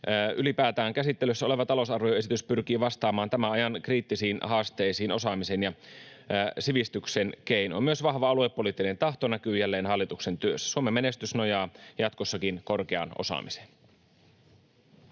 Ylipäätään käsittelyssä oleva talousarvioesitys pyrkii vastaamaan tämän ajan kriittisiin haasteisiin osaamisen ja sivistyksen keinoin. Myös vahva aluepoliittinen tahto näkyy jälleen hallituksen työssä. Suomen menestys nojaa jatkossakin korkeaan osaamiseen.